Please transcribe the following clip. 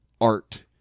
art